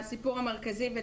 הסיפור המרכזי שיפה מדברת עליו,